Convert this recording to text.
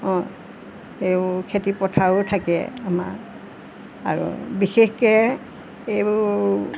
অঁ এইবোৰ খেতিপথাৰো থাকে আমাৰ আৰু বিশেষকৈ এইবোৰ